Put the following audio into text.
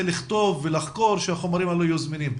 לכתוב ולחקור שהחומרים הללו יהיו זמינים.